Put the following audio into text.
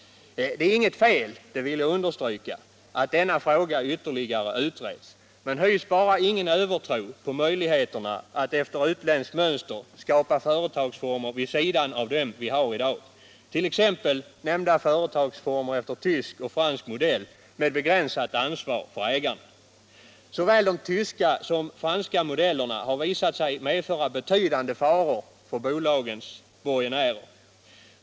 Det är inget fel — det vill jag understryka — att denna fråga ytterligare utreds, men hys bara ingen övetro på möjligheterna att efter utländskt mönster skapa företagsformer vid sidan av dem vi har i dag, t.ex. nämnda företagsformer efter tysk och fransk modell, med begränsat ansvar för ägare! Såväl de tyska som de franska modellerna har visat sig medföra betydande faror för bolagens borgenärer.